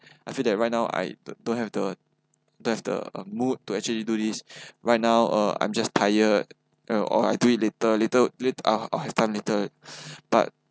I feel that right now I don't have the don't have the mood to actually do this right now uh I'm just tired uh or I do it later later or or anytime later but